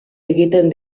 egiten